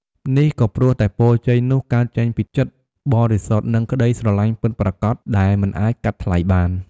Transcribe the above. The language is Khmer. នេះក៏ព្រោះតែពរជ័យនោះកើតចេញពីចិត្តបរិសុទ្ធ និងក្តីស្រឡាញ់ពិតប្រាកដដែលមិនអាចកាត់ថ្លៃបាន។